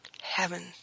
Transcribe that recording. Heaven